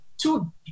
two